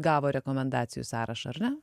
gavo rekomendacijų sąrašą ar ne